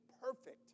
perfect